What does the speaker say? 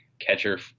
catcher